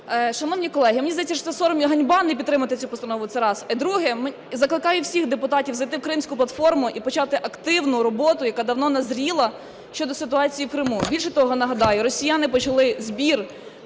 Шановні колеги, мені здається, що це сором і ганьба – не підтримати цю постанову. Це раз. І друге. Закликаю всіх депутатів зайти в "Кримську платформу" і почати активну роботу, яка давно назріла, щодо ситуації в Криму. Більше того, нагадаю, росіяни почали збір